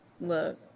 look